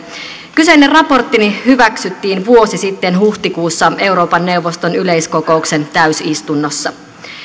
kyseinen raporttini hyväksyttiin vuosi sitten huhtikuussa euroopan neuvoston yleiskokouksen täysistunnossa